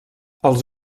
els